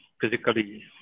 physically